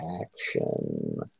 action